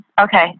Okay